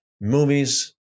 movies